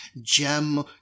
gem